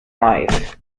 life